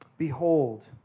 Behold